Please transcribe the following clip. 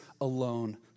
alone